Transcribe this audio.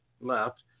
left